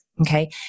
Okay